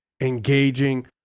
engaging